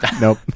Nope